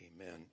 Amen